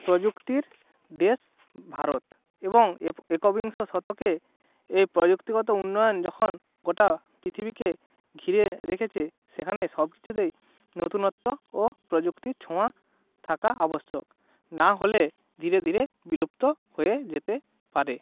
প্রযুক্তির দেশ ভারত এবং একবিংশ শতকে এ প্রযুক্তিগত উন্নয়ন যখন গোটা পৃথিবীকে ঘিরে রেখেছে সেখানে সব কিছুতেই নতুনত্ব ও প্রযুক্তির ছোঁয়া থাকা আবশ্যক না হলে ধীরে ধীরে বিলুপ্ত হয়ে যেতে পারে